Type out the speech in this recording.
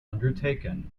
undertaken